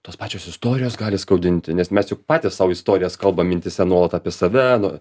tos pačios istorijos gali skaudinti nes mes juk patys sau istorijas kalbam mintyse nuolat apie save nu